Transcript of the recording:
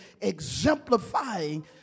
exemplifying